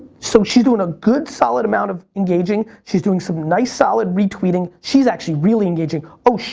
so she's doing a good solid amount of engaging. she's doing some nice, solid retweeting. she's actually really engaging. oh,